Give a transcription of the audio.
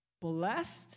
blessed